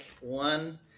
one